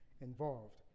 involved